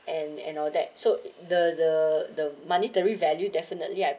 and and all that so the the the monetary value definitely I